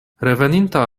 reveninta